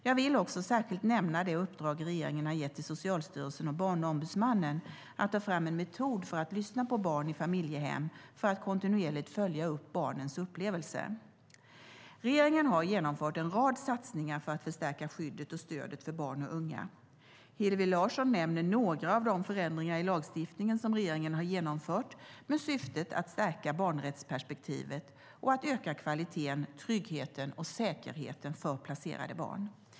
Jag vill också särskilt nämna det uppdrag som regeringen har gett till Socialstyrelsen och Barnombudsmannen att ta fram en metod för att lyssna på barn i familjehem, för att kontinuerligt följa upp barnens upplevelser. Regeringen har genomfört en rad satsningar för att förstärka skyddet och stödet för barn och unga. Hillevi Larsson nämner några av de förändringar i lagstiftningen som regeringen har genomfört med syftet att stärka barnrättsperspektivet och öka kvaliteten, tryggheten och säkerheten för placerade barn.